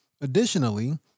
Additionally